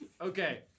Okay